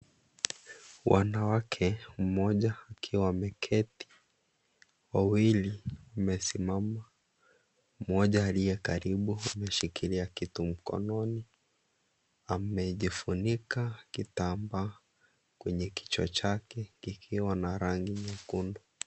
Wanawake, mmoja akiwa ameketi. Wawili wamesimama. Mmoja aliye karibu ameshikilia kitu mkononi, amejifunika kitambaa kwenye kichwa chake kikiwa na rangi nyekundu.